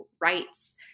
rights